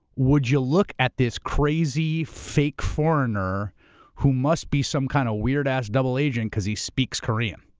would you look at this crazy, fake foreigner who must be some kind of weird-ass double agent because he speaks korean?